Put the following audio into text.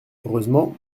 heureusement